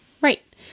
Right